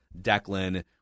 declan